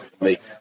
make